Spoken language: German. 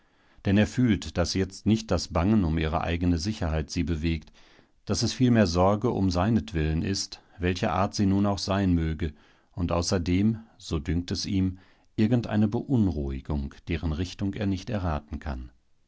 denn er fühlt daß jetzt nicht das bangen um ihre eigene sicherheit sie bewegt daß es vielmehr sorge um seinetwillen ist welcher art sie nun auch sein möge und außerdem so dünkt es ihm irgendeine beunruhigung deren richtung er nicht erraten kann